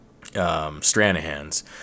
Stranahan's